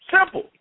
Simple